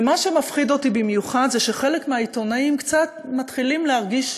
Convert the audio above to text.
ומה שמפחיד אותי במיוחד זה שחלק מהעיתונאים קצת מתחילים להרגיש